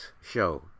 show